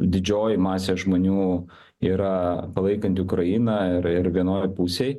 didžioji masė žmonių yra palaikanti ukrainą ir ir vienoj pusėj